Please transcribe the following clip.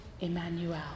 Emmanuel